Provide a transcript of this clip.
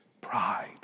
pride